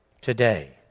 today